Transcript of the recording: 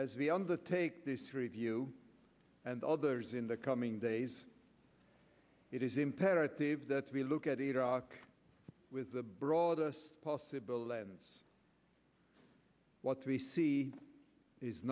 as we undertake this review and others in the coming days it is imperative that we look at iraq with the broader us possibile lands what we see is